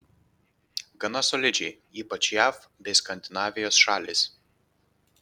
gana solidžiai ypač jav bei skandinavijos šalys